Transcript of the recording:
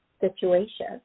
situation